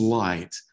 light